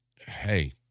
hey